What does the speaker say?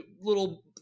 little